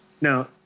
Now